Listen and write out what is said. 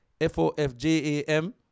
F-O-F-J-A-M